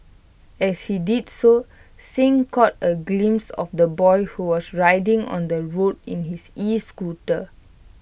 as he did so Singh caught A glimpse of the boy who was riding on the road in his escooter